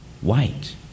white